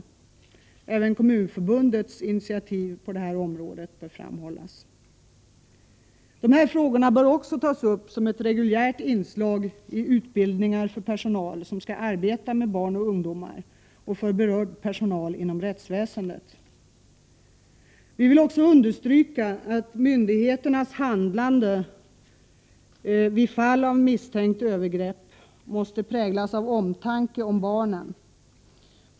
Även Kommunförbundets initiativ på detta område bör framhållas. Dessa frågor bör också tas upp som ett reguljärt inslag vid utbildning av personal som skall arbeta med barn och ungdom och för berörd personal inom rättsväsendet. Vi vill också understryka att myndigheternas handlande vid fall av misstänkta övergrepp måste präglas av omtanke om barnen.